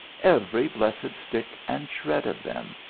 every blessed stick and shred of them,